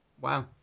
Wow